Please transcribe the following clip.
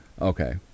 Okay